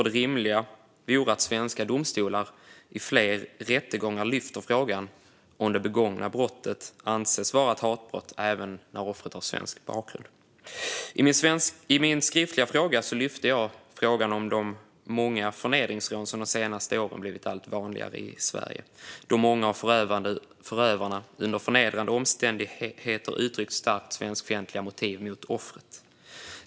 Det rimliga vore att svenska domstolar i fler rättegångar lyfte frågan om det begångna brottet kan anses vara ett hatbrott även när offret har svensk bakgrund. I min skriftliga fråga lyfte jag frågan om de många förnedringsrån som under de senaste åren blivit allt vanligare i Sverige och där många av förövarna under förnedrande omständigheter uttryckt starkt svenskfientliga motiv gentemot offret.